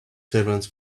servants